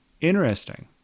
interesting